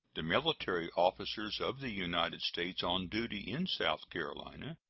the military officers of the united states on duty in south carolina,